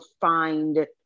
find